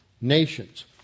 nations